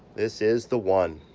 this is the one.